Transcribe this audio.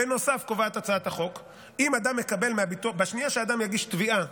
בנוסף קובעת הצעת החוק שבשנייה שאדם יגיש תביעה